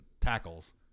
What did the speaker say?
tackles